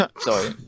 Sorry